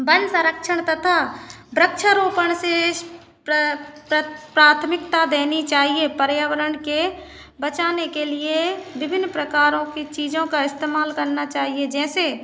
one संरक्षण तथा वृक्षारोपण से प्राथमिकता दैनी चाहिए पर्यावरण के बचाने के लिए विभिन्न प्रकारों की चीज़ों का इस्तेमाल करना चाहिए जैसे